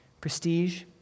prestige